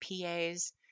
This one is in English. PAs